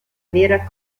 vera